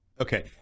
Okay